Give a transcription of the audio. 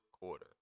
quarter